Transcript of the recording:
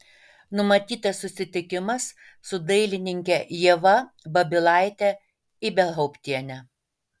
numatytas susitikimas su dailininke ieva babilaite ibelhauptiene